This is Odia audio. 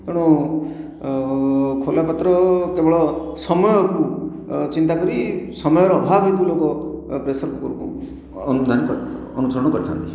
ତେଣୁ ଖୋଲା ପାତ୍ର କେବଳ ସମୟକୁ ଚିନ୍ତା କରି ସମୟର ଅଭାବ ହେତୁ ଲୋକ ପ୍ରେସର୍ କୁକର୍ କୁ ଅନୁଧ୍ୟାନ କରିଥାନ୍ତି ଅନୁସରଣ କରିଥାନ୍ତି